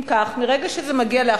אם כך, מרגע שזה מגיע ל-1%,